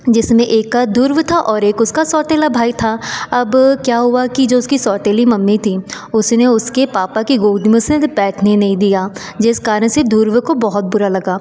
जिसमें एक का ध्रुव था और एक उसका सौतेला भाई था अब क्या हुआ कि जो उसकी सौतेली मम्मी थीं उसने उसके पापा कि गोद में उसेध बैठने नहीं दिया जिस कारण से ध्रुव को बहोत बुरा लगा